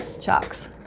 chalks